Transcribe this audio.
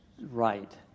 right